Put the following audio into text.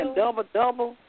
double-double